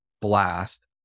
blast